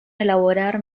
elaborar